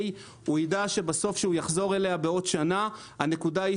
הוא ידע שבסוף כשהוא יחזור אליה בעוד שנה הנקודה היא